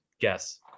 guess